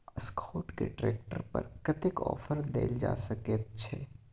Escort के tractor पर कतेक ऑफर दैल जा सकेत छै?